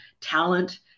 talent